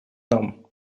нам